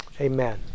Amen